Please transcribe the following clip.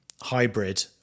hybrid